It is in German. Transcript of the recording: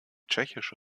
tschechische